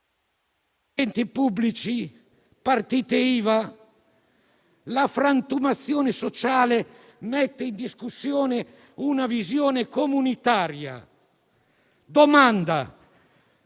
La frantumazione sociale mette in discussione una visione comunitaria.